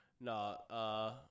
No